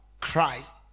Christ